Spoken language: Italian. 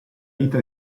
vita